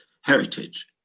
heritage